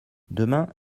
demain